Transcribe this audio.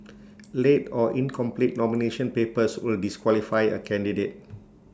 late or incomplete nomination papers will disqualify A candidate